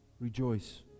rejoice